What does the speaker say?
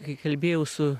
kai kalbėjau su